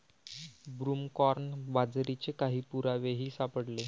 broomcorn बाजरीचे काही पुरावेही सापडले